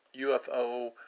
UFO